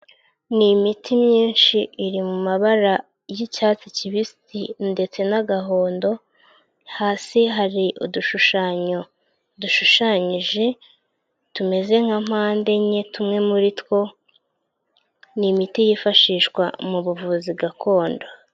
Ni imiti myinshi iri mu mabara y'icyatsi kibisi ndetse n'agahondo. Hasi hari udushushanyo dushushanyije tumeze nka mpande enye. Tumwe muri two ni imiti yifashishwa mu buvuzi gakondo.